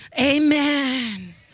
Amen